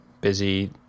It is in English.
busy